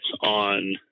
on